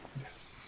Yes